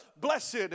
blessed